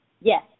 Yes